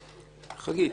חגית,